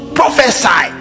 prophesy